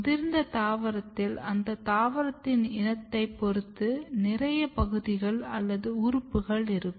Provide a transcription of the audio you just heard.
முதிர்ந்த தாவரத்தில் அந்த தாவரத்தின் இனத்தைப் பொறுத்து நிறைய பகுதிகள் அல்லது உறுப்புக்கள் இருக்கும்